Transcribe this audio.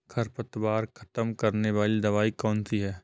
खरपतवार खत्म करने वाली दवाई कौन सी है?